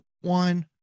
one